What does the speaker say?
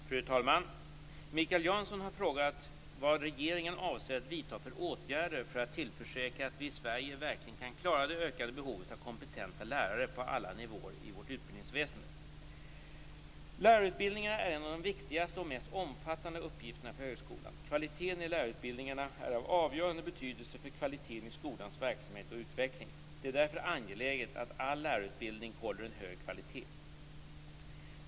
Fru talman! Mikael Janson har frågat vad regeringen avser att vidta för åtgärder för att tillförsäkra att vi i Sverige verkligen kan klara det ökade behovet av kompetenta lärare på alla nivåer i vårt utbildningsväsende. Lärarutbildningarna är en av de viktigaste och mest omfattande uppgifterna för högskolan. Kvaliteten i lärarutbildningarna är av avgörande betydelse för kvaliteten i skolans verksamhet och utveckling. Det är därför angeläget att all lärarutbildning håller en hög kvalitet.